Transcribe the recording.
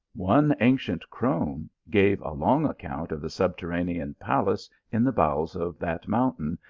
one ancient crone gave a long account of the sub terranean palace in the bowels of that mountain,